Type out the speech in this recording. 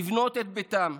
לבנות את ביתם.